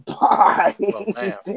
Bye